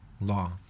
law